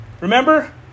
remember